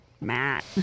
Matt